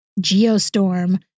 Geostorm